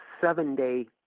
seven-day